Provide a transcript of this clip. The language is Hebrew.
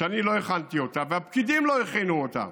שאני לא הכנתי אותה והפקידים לא הכינו אותה.